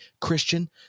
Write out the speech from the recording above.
Christian